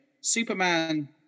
Superman